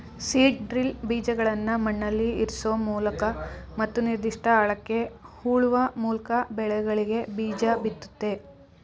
seed drill ಬೀಜಗಳ್ನ ಮಣ್ಣಲ್ಲಿಇರ್ಸೋಮೂಲಕ ಮತ್ತು ನಿರ್ದಿಷ್ಟ ಆಳಕ್ಕೆ ಹೂಳುವಮೂಲ್ಕಬೆಳೆಗಳಿಗೆಬೀಜಬಿತ್ತುತ್ತೆ